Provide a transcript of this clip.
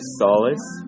solace